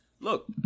look